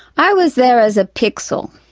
i was there as a pixel.